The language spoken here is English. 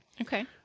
Okay